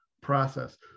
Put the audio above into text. process